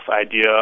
idea